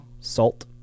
Salt